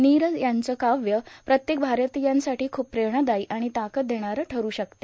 नीरज यांचं काव्य प्रत्येक भारतीयासाठी खूप प्रेरणादायी आणि ताकद देणारं ठरू शकते